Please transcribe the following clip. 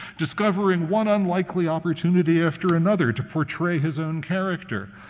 discovering one unlikely opportunity after another to portray his own character.